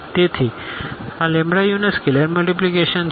તેથી આ u તે સ્કેલેર મલ્ટીપ્લીકેશન છે